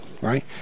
right